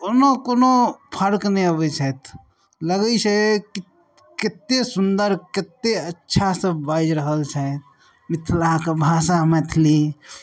कोनो कोनो फर्क नहि अबय छथि लगय छै कि कते सुन्दर कते अच्छासँ बाजि रहल छै मिथिलाके भाषा मैथिली